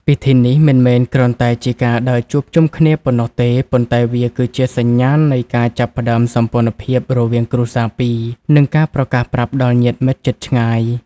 ពិធីនេះមិនមែនគ្រាន់តែជាការដើរជួបជុំគ្នាប៉ុណ្ណោះទេ ប៉ុន្តែវាគឺជាសញ្ញាណនៃការចាប់ផ្តើមសម្ពន្ធភាពរវាងគ្រួសារពីរ និងការប្រកាសប្រាប់ដល់ញាតិមិត្តជិតឆ្ងាយ